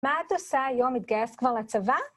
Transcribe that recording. מה אתה עושה היום התגייסת כבר לצבא?